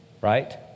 Right